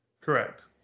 correct